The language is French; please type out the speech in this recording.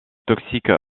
toxique